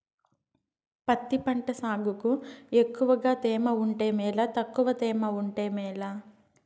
పత్తి పంట సాగుకు ఎక్కువగా తేమ ఉంటే మేలా తక్కువ తేమ ఉంటే మేలా?